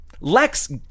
Lex